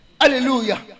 Hallelujah